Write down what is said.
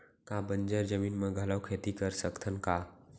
का बंजर जमीन म घलो खेती कर सकथन का?